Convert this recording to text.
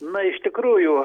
na iš tikrųjų